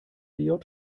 djh